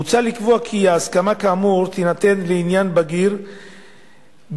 מוצע לקבוע כי הסכמה כאמור תינתן לעניין בגיר בכתב,